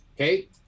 Okay